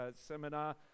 seminar